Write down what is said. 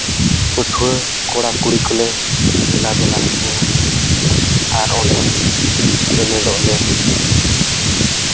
ᱯᱟᱹᱴᱷᱩᱣᱟᱹ ᱠᱚᱲᱟᱼᱠᱩᱲᱤ ᱠᱚᱞᱮ ᱫᱮᱞᱟ ᱫᱮᱞᱟᱣᱟᱜ ᱠᱚᱣᱟ ᱟᱨ ᱚᱸᱰᱮ ᱪᱮᱢᱮᱫᱚᱜ ᱞᱮ